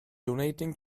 donating